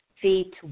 feet